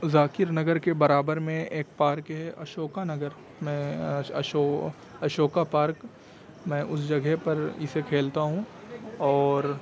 ذاکر نگر کے برابر میں ایک پارک ہے اشوکا نگر میں اشو اشوکا پارک میں اس جگہ پر اسے کھیلتا ہوں اور